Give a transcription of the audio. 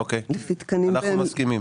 אוקיי, אנחנו מסכימים.